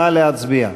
נא להצביע.